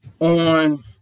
on